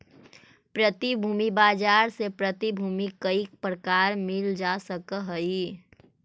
प्रतिभूति बाजार से प्रतिभूति कईक प्रकार मिल सकऽ हई?